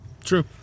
True